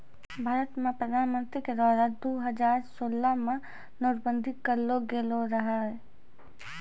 भारतो मे प्रधानमन्त्री के द्वारा दु हजार सोलह मे नोट बंदी करलो गेलो रहै